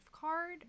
card